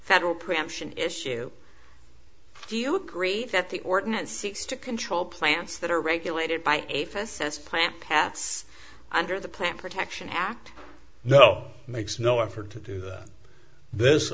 federal preemption issue do you agree that the ordinance seeks to control plants that are regulated by a facades plant pets under the plant protection act no makes no effort to do this